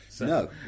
No